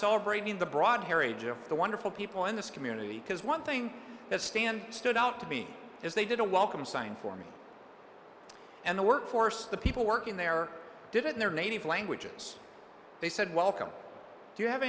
celebrating the broad heritage of the wonderful people in this community because one thing that stands stood out to me is they did a welcome sign for me and the workforce the people working there did it in their native languages they said welcome do you have